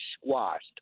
squashed